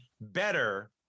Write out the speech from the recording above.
better